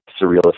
surrealist